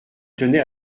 tenait